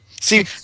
See